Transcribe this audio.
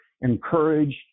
encouraged